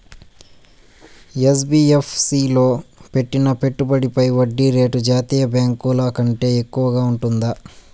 NBFC లో పెట్టిన పెట్టుబడి పై వడ్డీ రేటు జాతీయ బ్యాంకు ల కంటే ఎక్కువగా ఉంటుందా?